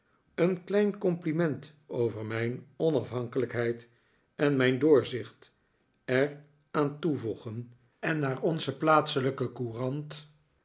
een klein compliment over mijn onafhankelijkheid en mijn doorzicht er aan toevoegen en naar onze plaatselijke